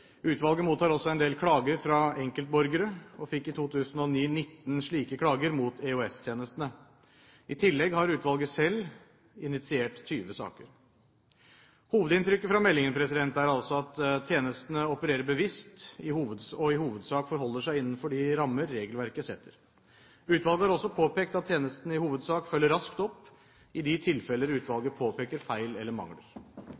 Utvalget mottar også en del klager fra enkeltborgere og fikk i 2009 19 slike klager mot EOS-tjenestene. I tillegg har utvalget selv initiert 20 saker. Hovedinntrykket fra meldingen er altså at tjenestene opererer bevisst og i hovedsak holder seg innenfor de rammer regelverket setter. Utvalget har også påpekt at tjenestene i hovedsak følger raskt opp i de tilfeller